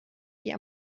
die